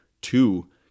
Two